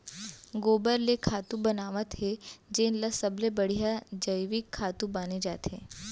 गोबर ले खातू बनावत हे जेन ल सबले बड़िहा जइविक खातू माने जाथे